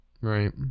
Right